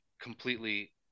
completely